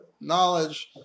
knowledge